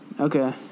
Okay